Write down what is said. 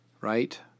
right